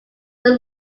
were